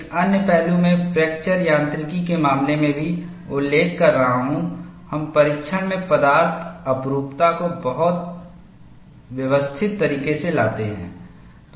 एक अन्य पहलू मैं फ्रैक्चर यांत्रिकी के मामले में भी उल्लेख कर रहा हूं हम परीक्षण में पदार्थ अपररूपता को बहुत व्यवस्थित तरीके से लाते हैं